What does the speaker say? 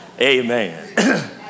Amen